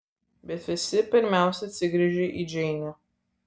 bet visi pirmiausia atsigręžia į džeinę